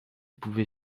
pouvait